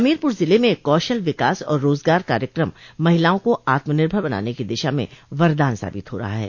हमीरपुर ज़िले में कौशल विकास और रोज़गार कार्यक़म महिलाओं को आत्मनिर्भर बनाने की दिशा में वरदान साबित हो रहा है